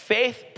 Faith